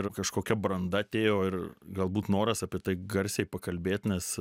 yra kažkokia branda atėjo ir galbūt noras apie tai garsiai pakalbėt nes